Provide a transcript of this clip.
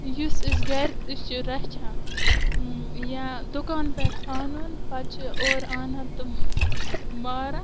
یُس أسۍ گَرِ تہِ چھِ رَچھان یا دُکان پٮ۪ٹھٕ اَنُن پَتہٕ چھِ اورٕ انان تہٕ ماران